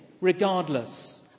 regardless